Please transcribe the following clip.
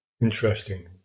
interesting